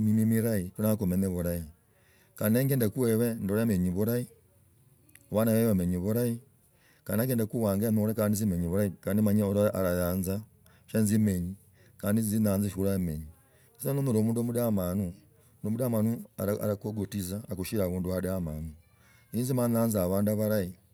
emiima mirahi ko nangwa kumenya burahi kandi negenda wewe ndola omenyi bulahi abana babe bamenyi bulahi kandi nakendaku wanze kandi nzi menyi bulahi. Kandi omanyi alayanza shia nzi menyi. Ku monyola omundu mudamanu, alakugutiza agushire abundu adamanu mala yanza abandu abalahi.